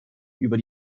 über